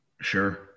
sure